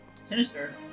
sinister